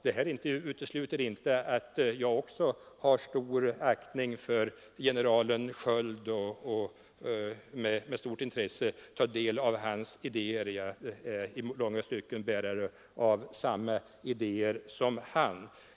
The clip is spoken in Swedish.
Detta utesluter inte att jag också hyser stor aktning för general Sköld och med stort intresse tar del av hans idéer. Jag är i långa stycken bärare av samma idéer som han.